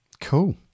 cool